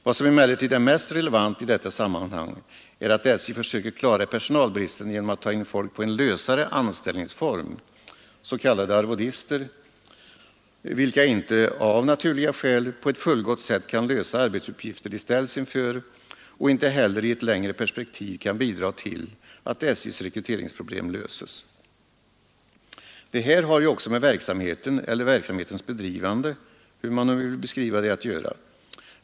Vad som emellertid är mest relevant i detta sammanhang är att SJ försöker klara personalbristen genom att ta in folk på en lösare anställningsform, s.k. arvodister, vilka inte, av naturliga skäl, på ett fullgott sätt kan lösa arbetsuppgifter de ställs inför och inte heller i ett längre perspektiv kan bidraga till att SJ:s rekryteringsproblem löses. Det här har ju också med verksamheten, eller verksamhetens bedrivande — hur man nu vill beskriva det —, att göra.